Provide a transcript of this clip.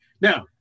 now